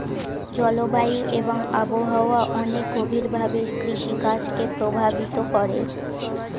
জলবায়ু এবং আবহাওয়া অনেক গভীরভাবে কৃষিকাজ কে প্রভাবিত করে